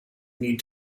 need